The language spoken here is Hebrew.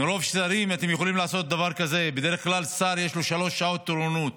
מרוב שרים אתם יכולים לעשות דבר כזה: בדרך כלל לשר יש שלוש שעות תורנות,